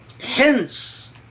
hence